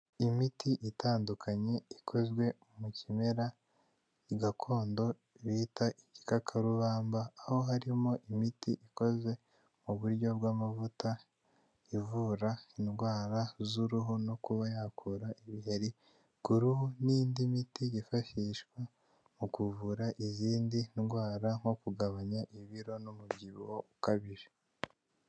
Imiti itandukanye ikozwe mu kimera igakondo bita igikakarubamba, aho harimo imiti ikoze mu buryo bw'amavuta ivura indwara z'uruhu no kuba yakura ibiheri ku ruhu n'indi miti yifashishwa mu kuvura izindi ndwara nko kugabanya ibiro n'umubyibuho ukabije.